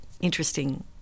interesting